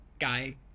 Guy